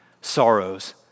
sorrows